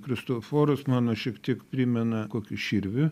kristoforas mano šiek tiek primena kokį širvį